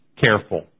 careful